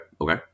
okay